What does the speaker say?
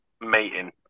meeting